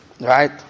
Right